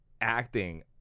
acting